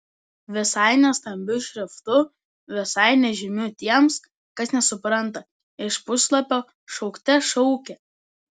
visai ne stambiu šriftu visai nežymiu tiems kas nesupranta iš puslapio šaukte šaukė